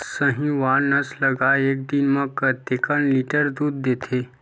साहीवल नस्ल गाय एक दिन म कतेक लीटर दूध देथे?